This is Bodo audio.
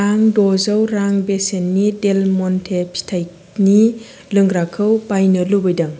आं द'जौ रां बेसेननि डेल मन्टे फिथाइनि लोंग्राखौ बायनो लुबैदों